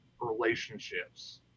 relationships